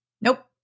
Nope